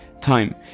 time